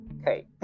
Okay